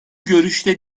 görüşte